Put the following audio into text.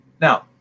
Now